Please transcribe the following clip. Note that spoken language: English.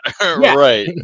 right